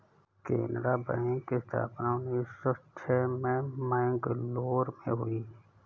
Canara bank की स्थापना उन्नीस सौ छह में मैंगलोर में हुई